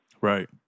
Right